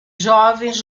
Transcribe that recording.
jovens